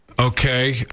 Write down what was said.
okay